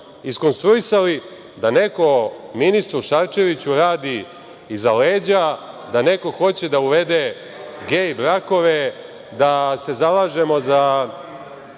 iskonstruisali da neko ministru Šarčeviću radi iza leđa, da neko hoće da uvede gej brakove, da se zalažemo za